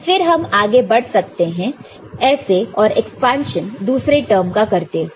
फिर हम आगे बढ़ सकते हैं ऐसे और एक्सपांशन दूसरे टर्म का करते हुए